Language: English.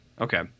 Okay